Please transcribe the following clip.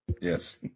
Yes